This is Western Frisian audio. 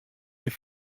mear